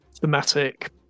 thematic